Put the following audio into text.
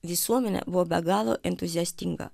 visuomenė buvo be galo entuziastinga